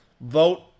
Vote